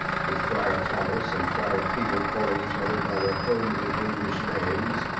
with friar thomas and friar peter, calling each other by their homely, english names,